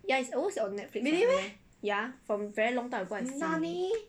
yeah it's always on Netflix ya from very long time ago I see already